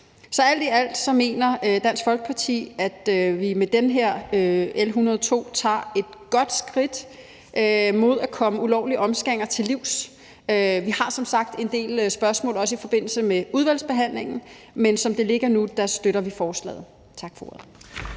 Så alt i alt mener Dansk Folkeparti, at vi med L 102 tager et godt skridt hen imod at komme ulovlige omskæringer til livs. Vi har som sagt en del spørgsmål i forbindelse med udvalgsbehandlingen, men som det ligger nu, støtter vi forslaget. Tak for ordet.